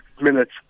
minutes